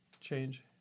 change